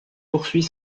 poursuit